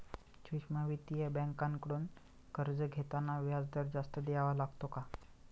सूक्ष्म वित्तीय बँकांकडून कर्ज घेताना व्याजदर जास्त द्यावा लागतो का?